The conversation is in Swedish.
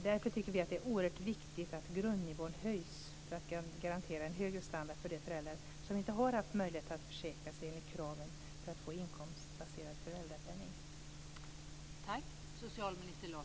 Därför tycker vi att det är oerhört viktigt att grundnivån höjs för att garantera en högre standard för de föräldrar som inte ha haft möjlighet att försäkra sig enligt kraven för att få en inkomstbaserad föräldrapenning.